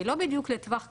היא לא בדיוק לטווח קצר.